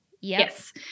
Yes